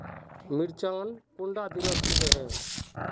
मिर्चान कुंडा दिनोत उगैहे?